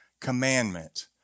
commandment